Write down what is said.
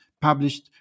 published